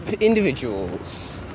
individuals